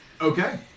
Okay